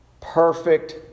perfect